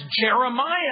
Jeremiah